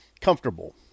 comfortable